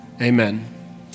amen